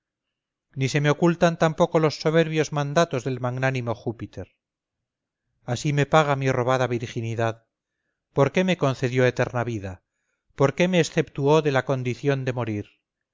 ni se me ocultan tampoco los soberbios mandatos del magnánimo júpiter así me paga mi robada virginidad por qué me concedió eterna vida por qué me exceptuó de la condición de morir